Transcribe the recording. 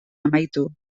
amaitu